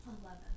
Eleven